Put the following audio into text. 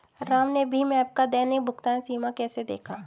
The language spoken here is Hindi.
राम ने भीम ऐप का दैनिक भुगतान सीमा कैसे देखा?